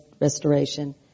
restoration